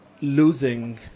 losing